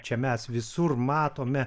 čia mes visur matome